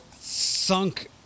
sunk